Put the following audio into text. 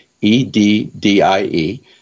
E-D-D-I-E